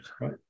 Right